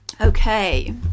Okay